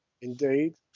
Indeed